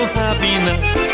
happiness